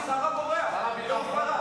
השר הבורח אהוד ברק.